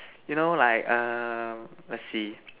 you know like err let's see